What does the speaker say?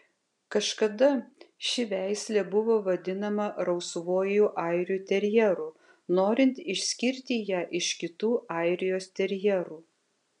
kažkada ši veislė buvo vadinama rausvuoju airių terjeru norint išskirti ją iš kitų airijos terjerų